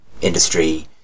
industry